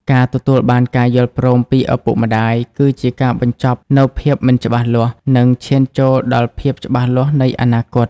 ការទទួលបានការយល់ព្រមពីឪពុកម្ដាយ គឺជាការបញ្ចប់នូវភាពមិនច្បាស់លាស់ និងឈានចូលដល់ភាពច្បាស់លាស់នៃអនាគត។